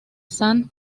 sand